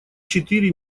четыре